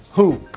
who?